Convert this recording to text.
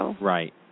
Right